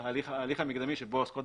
ההליך המקדמי שבו עוסקות